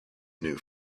new